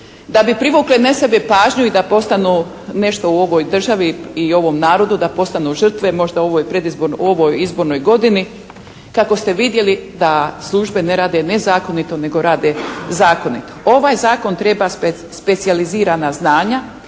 da bi privukle na sebe pažnju i da postanu nešto u ovoj državi i u ovom narodu. Da postanu žrtve, možda u ovoj izbornoj godini, kako ste vidjeli da službe ne rade nezakonito nego rade zakonito. Ovaj zakon treba specijalizirana znanja